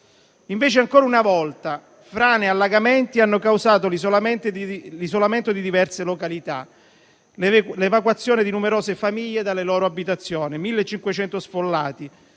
Invece, ancora una volta, frane e allagamenti hanno causato l'isolamento di diverse località e l'evacuazione di numerose famiglie dalle loro abitazioni: 1.500 sfollati,